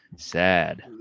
Sad